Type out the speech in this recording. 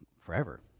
forever